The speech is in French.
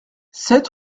sept